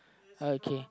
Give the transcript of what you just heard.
uh okay